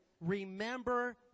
remember